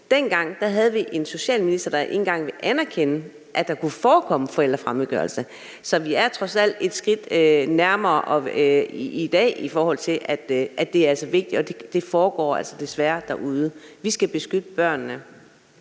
kørte, havde vi en socialminister, der ikke engang ville anerkende, at der kunne forekomme forældrefremmedgørelse. Så vi er trods alt et skridt nærmere i dag, i forhold til at det altså er vigtigt, og det foregår altså desværre derude. Vi skal beskytte børnene.